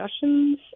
discussions